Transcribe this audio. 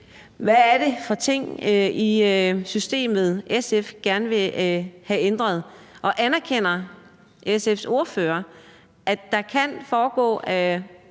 Hvad er det for nogle ting i systemet, som SF gerne vil have ændret? Og anerkender SF's ordfører, at der kan foregå